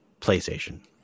PlayStation